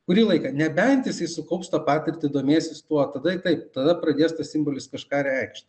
kurį laiką nebent jisai sukaups tą patirtį domėsis tuo tada taip tada pradės tas simbolis kažką reikšt